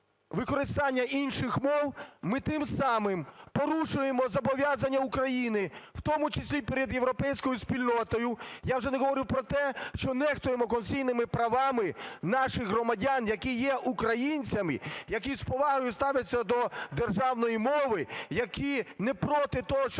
використання інших мов, ми тим самим порушуємо зобов'язання України, в тому числі і перед європейською спільнотою. Я вже не говорю про те, що нехтуємо конституційними правами наших громадян, які є українцями, які з повагою ставляться до державної мови, які не проти того, щоб